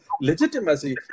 legitimacy